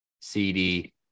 CD